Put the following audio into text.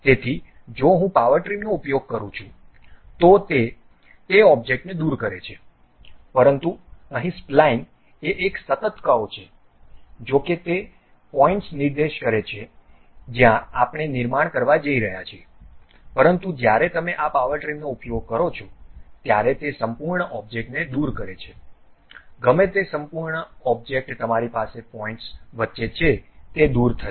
તેથી જો હું પાવર ટ્રીમનો ઉપયોગ કરું છું તો તે તે ઑબ્જેક્ટને દૂર કરે છે પરંતુ અહીં સ્પલાઇન એ એક સતત કર્વ છે જો કે તે પોઇન્ટ્સ નિર્દેશ કરે છે જ્યાં આપણે નિર્માણ કરવા જઈ રહ્યા છીએ પરંતુ જ્યારે તમે આ પાવર ટ્રીમનો ઉપયોગ કરો છો ત્યારે તે સંપૂર્ણ ઑબ્જેક્ટને દૂર કરે છે ગમે તે સંપૂર્ણ ઑબ્જેક્ટ તમારી પાસે પોઇન્ટ્સ વચ્ચે છે તે દૂર થશે